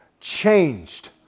changed